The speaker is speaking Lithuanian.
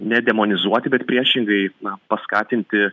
nedemonizuoti bet priešingai paskatinti